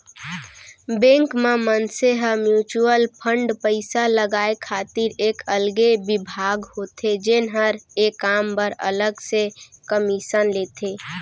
bank म मनसे ह म्युचुअल फंड पइसा लगाय खातिर एक अलगे बिभाग होथे जेन हर ए काम बर अलग से कमीसन लेथे